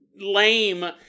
lame